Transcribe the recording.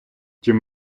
чим